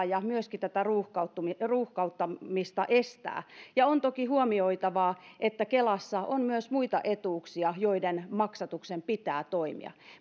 ja myöskin tätä ruuhkautumista ruuhkautumista estää on toki huomioitava että kelassa on myös muita etuuksia joiden maksatuksen pitää toimia